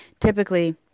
typically